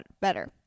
better